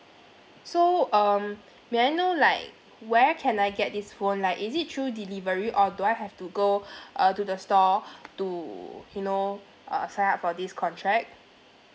so um may I know like where can I get this phone like is it through delivery or do I have to go uh to the store to you know uh sign up for this contract